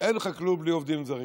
אין לך כלום בלי עובדים זרים.